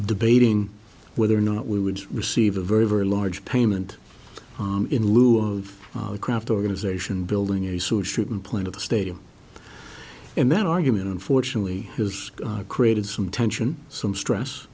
debating whether or not we would receive a very very large payment in lieu of the craft organization building a sewage treatment plant at the stadium and that argument unfortunately has created some tension some stress